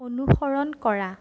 অনুসৰণ কৰা